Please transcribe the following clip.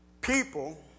people